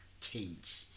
change